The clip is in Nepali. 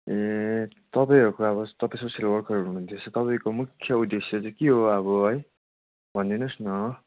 ए तपाईँहरूको अब तपाईँ सोसियल वर्कर हुनुहुन्थेछ तपाईँको मुख्य उद्देश्य चाहिँ के हो अब है भनिदिनुहोस् न